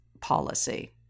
policy